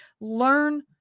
Learn